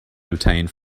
obtained